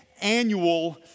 annual